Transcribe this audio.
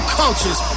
cultures